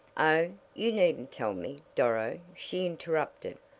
oh, you needn't tell me, doro, she interrupted.